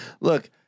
Look